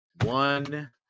one